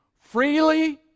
freely